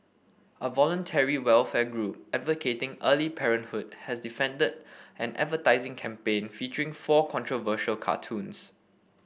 a voluntary welfare group advocating early parenthood has defended an advertising campaign featuring four controversial cartoons